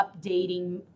updating